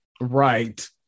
Right